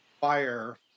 Fire